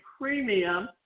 premium